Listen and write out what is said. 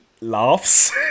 laughs